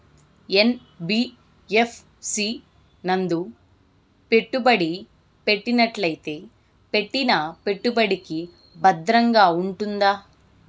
NBFC నందు పెట్టుబడి పెట్టినట్టయితే పెట్టిన పెట్టుబడికి భద్రంగా ఉంటుందా?